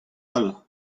all